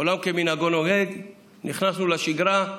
עולם כמנהגו נוהג, נכנסנו לשגרה,